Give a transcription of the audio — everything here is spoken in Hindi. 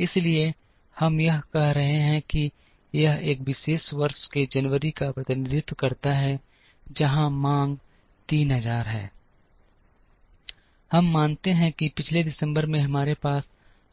इसलिए हम यह कह रहे हैं कि यह एक विशेष वर्ष के जनवरी का प्रतिनिधित्व करता है जहां मांग 3000 है हम मानते हैं कि पिछले दिसंबर में हमारे पास